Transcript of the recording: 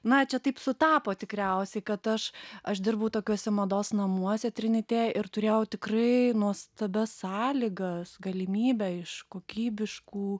na čia taip sutapo tikriausiai kad aš aš dirbau tokiuose mados namuose trinite ir turėjau tikrai nuostabias sąlygas galimybę iš kokybiškų